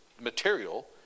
material